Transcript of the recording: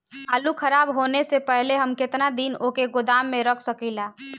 आलूखराब होने से पहले हम केतना दिन वोके गोदाम में रख सकिला?